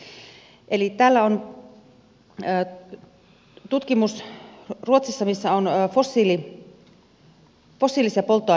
täällä on tutkimus ruotsista missä fossiilisten polttoaineiden verotusta on kiristetty